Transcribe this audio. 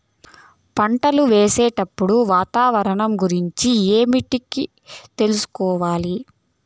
పంటలు వేసేటప్పుడు వాతావరణం గురించి ఏమిటికి తెలుసుకోవాలి?